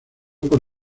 por